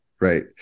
Right